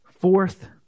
Fourth